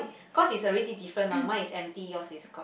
cause is already different mah mine is empty yours is